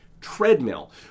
treadmill